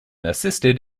assisted